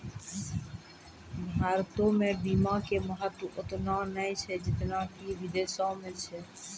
भारतो मे बीमा के महत्व ओतना नै छै जेतना कि विदेशो मे छै